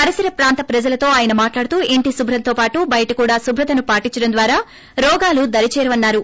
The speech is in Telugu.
పరిసర ప్రాంత ప్రజలతో ఆయన మాట్లాడుతూ ఇంటి శుభ్రంతోపాటు బయట కూడా శుభ్రతను పాటించడం ద్వారా రోగాలు దరిచేవన్నారు